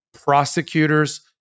prosecutors